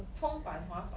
冲板滑板